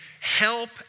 help